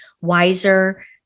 wiser